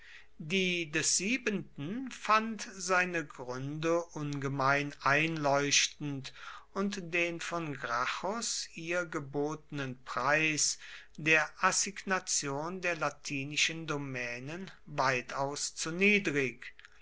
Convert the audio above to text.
die des siebenten fand seine gründe ungemein einleuchtend und den von gracchus ihr gebotenen preis der assignation der latinischen domänen